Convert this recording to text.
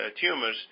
tumors